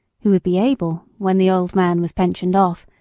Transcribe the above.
who would be able, when the old man was pensioned off,